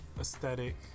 Aesthetic